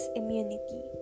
immunity